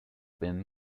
been